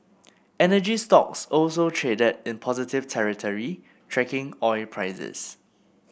energy stocks also traded in positive territory tracking oil prices